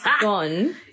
Gone